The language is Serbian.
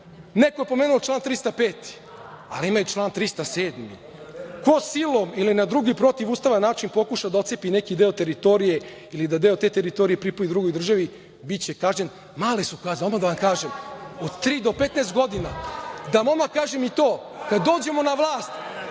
Neko je pomenuo član 305, ali ima i član 307 - ko silom ili na drugi protivustavan način pokuša da otcepi neki deo teritorije ili da deo te teritorije pripoji drugoj državi, biće kažnjen. Male su kazne, odmah da vam kažem, od tri do 15 godina. Da vam odmah kažem i to, kad dođemo na vlast,